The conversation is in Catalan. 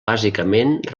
bàsicament